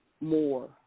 more